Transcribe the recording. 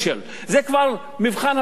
זה כבר מבחן התוצאה.